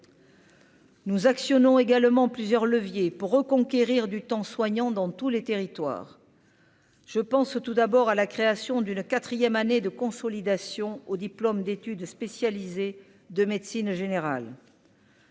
Nous actionnant également plusieurs leviers pour reconquérir du temps soignant dans tous les territoires, je pense tout d'abord à la création d'une 4ème année de consolidation au diplôme d'études spécialisées de médecine générale.